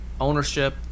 ownership